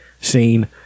scene